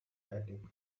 attic